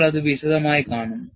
നമ്മൾ അത് വിശദമായി കാണും